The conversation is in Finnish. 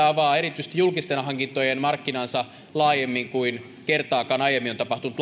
avaa erityisesti julkisten hankintojen markkinansa laajemmin kuin kertaakaan aiemmin on tapahtunut